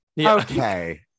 Okay